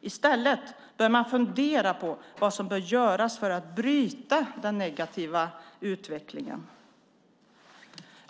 I stället bör man fundera på vad som bör göras för att bryta den negativa utvecklingen.